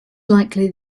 likely